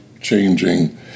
changing